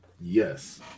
Yes